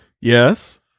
Yes